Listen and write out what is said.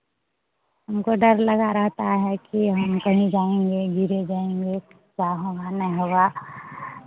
हमको डर लगा रहता है कि हम कहीं जाएँगे गिर ही जाएँगे क्या होगा नहीं होगा